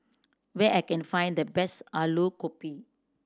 where I can find the best Alu Gobi